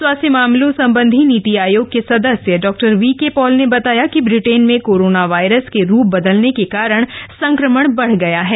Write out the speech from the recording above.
स्वास्थ्य मामलों संबंधी नीति आयोग के सदस्य डॉ वी के पॉल ने बताया कि ब्रिटेन में कोरोना वायरस के रूप बदलने के कारण संक्रमण बढ़ गया है